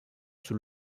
sous